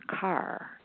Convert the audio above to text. car